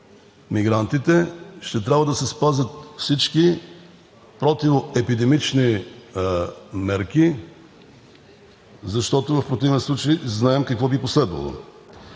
мигрантите ще трябва да се спазят всички противоепидемични мерки, защото в противен случай знаем какво би последвало.